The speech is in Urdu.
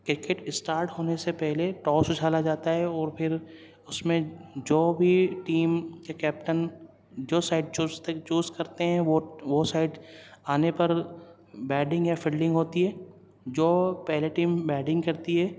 کرکٹ اسٹارٹ ہونے سے پہلے ٹاس اچھالا جاتا ہے اور پھر اس میں جو بھی ٹیم کے کیپٹن جو سائڈ چوستے چوز کرتے ہیں وہ وہ سائڈ آنے پر بیٹنگ یا فلڈنگ ہوتی ہے جو پہلے ٹیم بیٹنگ کرتی ہے